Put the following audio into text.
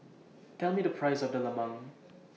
Tell Me The Price of Lemang